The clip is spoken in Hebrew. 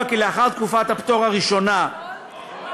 כי לאחר תקופת הפטור הראשונה --- פולקמן,